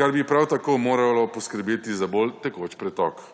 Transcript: kar bi prav tako moralo poskrbeti za bolj tekoč pretok.